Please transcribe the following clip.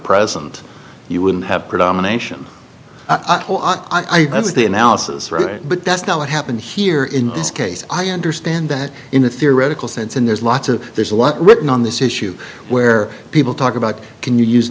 present you wouldn't have predominate that's the analysis but that's not what happened here in this case i understand that in a theoretical sense and there's lots of there's a lot written on this issue where people talk about can you use